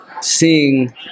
seeing